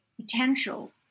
potential